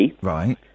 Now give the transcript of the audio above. Right